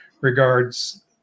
regards